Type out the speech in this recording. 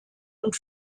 und